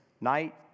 night